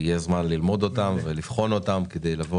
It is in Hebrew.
יהיה זמן ללמוד אותם ולבחון אותם כדי להגיע